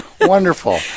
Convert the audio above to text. Wonderful